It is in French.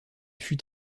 fut